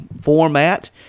format